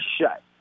shut